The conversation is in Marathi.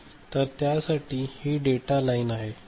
तर त्यासाठी ही डेटा लाईन आहेत